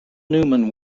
newman